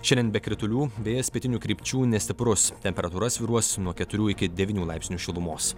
šiandien be kritulių vėjas pietinių krypčių nestiprus temperatūra svyruos nuo keturių iki devynių laipsnių šilumos